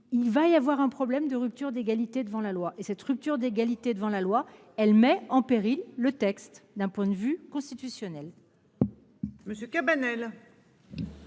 il va y avoir un problème de rupture d'égalité devant la loi et cette rupture d'égalité devant la loi, elle met en péril le texte d'un point de vue constitutionnel. Monsieur Cabanel.